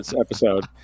episode